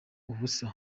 ubusa